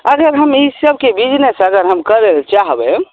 अगर हम ईसबके बिजनेस अगर हम करय लए चाहबै